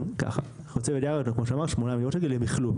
לחוצה ואדי ערה מתוקצבים 8 מיליון ₪ למחלוף.